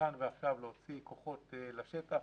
כאן ועכשיו, להוציא כוחות לשטח.